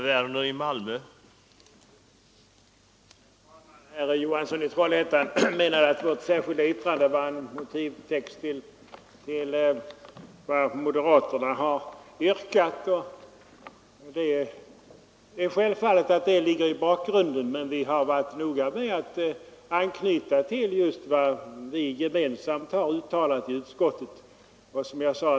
Herr talman! Herr Johansson i Trollhättan menar att vårt särskilda yttrande är en motivtext till vad moderaterna har yrkat. Det finns naturligtvis i bakgrunden, men vi har varit noga med att anknyta till vad utskottet gemensamt har uttalat.